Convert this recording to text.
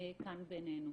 כאן בינינו.